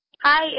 Hi